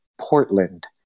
Portland